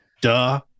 duh